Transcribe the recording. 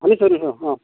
শুনিছোঁ শুনিছোঁ অ